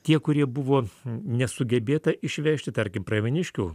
tie kurie buvo nesugebėta išvežti tarkim pravieniškių